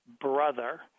brother